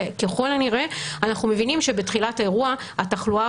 וככל הנראה אנחנו מבינים שבתחילת האירוע התחלואה